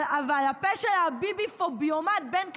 אבל הפה של הביביפוביומט בן כספית,